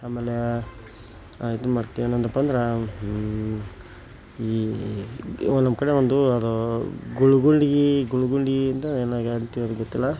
ಆಮೇಲೆ ಇದನ್ನು ಮಾಡ್ತೀವಿ ಏನಂದಪ್ಪಂದ್ರೆ ಈ ಓ ನಮ್ಮ ಕಡೆ ಒಂದು ಅದು ಗುಳಗುಳ್ಗಿ ಗುಳ ಗುಳ್ಗಿಯಿಂದ ಏನೋ ಹೇಳ್ತಿವದು ಗೊತ್ತಿಲ್ಲ